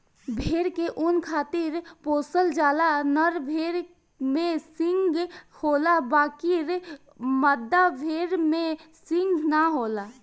भेड़ के ऊँन खातिर पोसल जाला, नर भेड़ में सींग होला बकीर मादा भेड़ में सींग ना होला